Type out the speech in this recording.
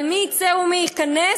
אבל מי ייצא ומי ייכנס,